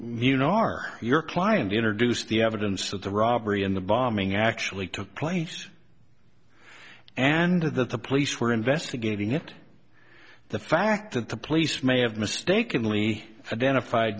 mune are your client introduced the evidence of the robbery and the bombing actually took place and that the police were investigating it the fact that the police may have mistakenly identified